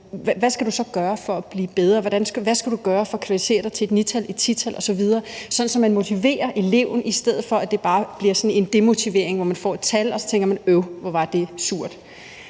hvad skal du så gøre for at blive bedre? Hvad skal du gøre for at kvalificere dig til et 9-tal, et 10-tal osv.? Det skal være sådan, at man motiverer eleven, i stedet for at det bare bliver sådan noget demotiverende, hvor man får et tal, og så tænker man, at øv, hvor var det surt.